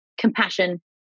compassion